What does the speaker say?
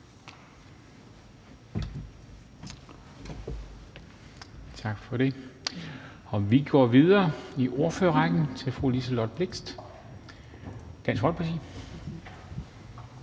Tak for det. Og vi går videre i ordførerrækken til fru Liselott Blixt, Dansk Folkeparti.